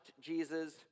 Jesus